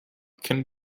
can